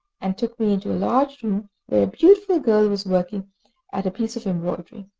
and took me into a large room, where a beautiful girl was working at a piece of embroidery.